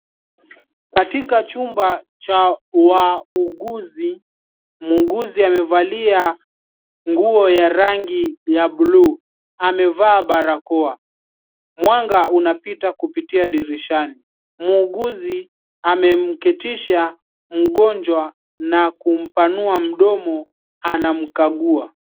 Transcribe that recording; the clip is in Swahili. Katika chumba cha wauguzi, muuguzi amevalia nguo ya rangi ya buluu, amevaa barakoa. Mwanga unapita kupitia dirishani. Muuguzi amemketisha mgonjwa na kumpanua mdomo anamkagua.